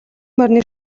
морины